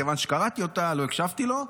מכיוון שקראתי אותה לא הקשבתי לו,